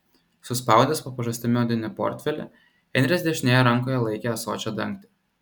suspaudęs po pažastimi odinį portfelį henris dešinėje rankoje laikė ąsočio dangtį